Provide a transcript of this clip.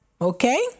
okay